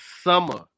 summer